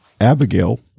Abigail